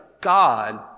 God